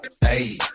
Hey